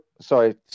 Sorry